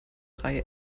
reihe